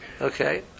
Okay